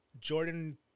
Jordan